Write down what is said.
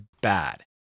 bad